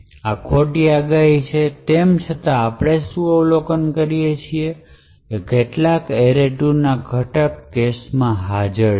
આ ખોટી આગાહી છે તેમ છતાં આપણે શું અવલોકન કરીયે છીયે કે કેટલાક array2 ના ઘટક કેશમાં હાજર છે